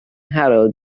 herald